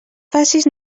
facis